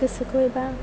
गोसोखौ एबा